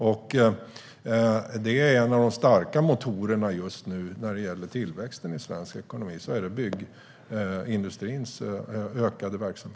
Byggindustrins ökade verksamhet är just nu en av de starka motorerna vad gäller tillväxten i svensk ekonomi.